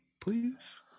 please